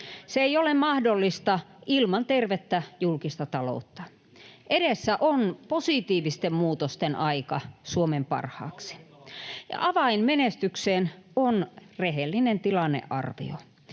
Se ei ole mahdollista ilman tervettä julkista taloutta. Edessä on positiivisten muutosten aika Suomen parhaaksi. Avain menestykseen on rehellinen tilannearvio.